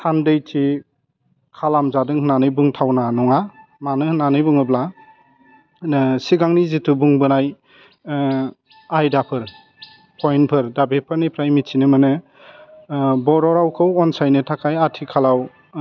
थान्दैनि खालामजादों होन्नानै बुंथावना नङा मानो होन्नानै बुङोब्ला सिगांनि जिथु बुंबोनाय आयदाफोर पइन्टफोर दा बेफोरनिफ्राय मिथिनो मोनो बर' रावखौ अनसायनो थाखाय आथिखालाव